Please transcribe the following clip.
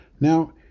Now